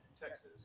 Texas